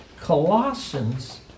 Colossians